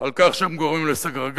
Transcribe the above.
על כך שהם גורמים לסגרגציה,